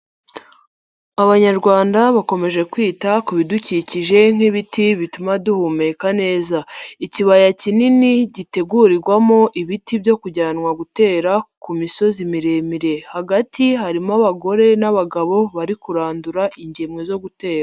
Abanyarwanda bakomeje kwita ku bidukikije nk'ibiti bituma duhumeka neza. Ikibaya kinini gitegurirwamo ibiti byo kujyanwa gutera ku misozi miremire, hagati harimo abagore n'abagabo bari kurandura ingemwe zo gutera.